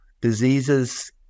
diseases